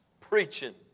preaching